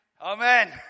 Amen